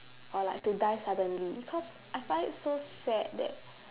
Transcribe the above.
or like to die suddenly cause I find it so sad that